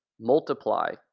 multiply